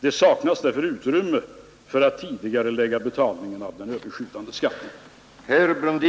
Det saknas därför utrymme för att tidigarelägga betalningen av ö-skatt.